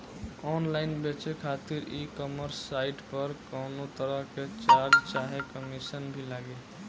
Online बेचे खातिर e commerce site पर कौनोतरह के चार्ज चाहे कमीशन भी लागी?